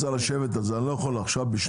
הייתה לנו שיחה עם מנכ"ל משרד האוצר,